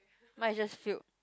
mine is just filled